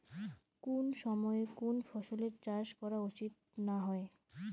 কুন সময়ে কুন ফসলের চাষ করা উচিৎ না হয়?